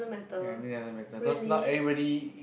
ya me doesn't matter cause not everybody